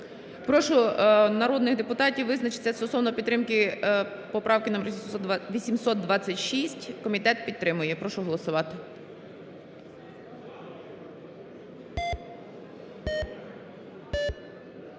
Прошу народних депутатів визначитися стосовно підтримки поправки номер 826. Комітет підтримує, прошу голосувати.